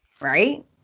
Right